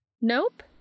Nope